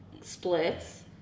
splits